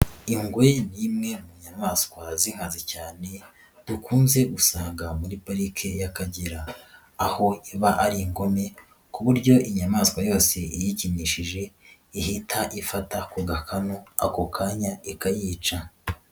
Ingwe ni imwe mu nyamaswa z'inkazi cyane dukunze gusanga muri parike y'Akagera, aho iba ari ingome, ku buryo inyamaswa yose iyikinishije, ihita ifata ku gakanu ako kanya ikayica.